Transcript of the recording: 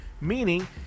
meaning